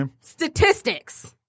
Statistics